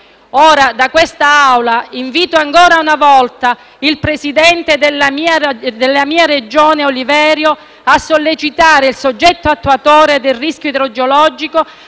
Da quest'Assemblea invito ancora una volta il presidente della mia Regione, Oliverio, a sollecitare il soggetto attuatore del rischio idrogeologico